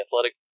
athletic